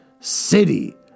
City